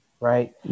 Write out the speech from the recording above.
Right